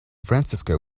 francisco